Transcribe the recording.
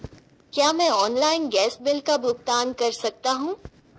क्या मैं online gas bill का भुगतान कर सकता हूँ?